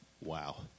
Wow